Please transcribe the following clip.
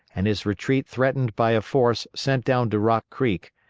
and his retreat threatened by a force sent down to rock creek,